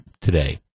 today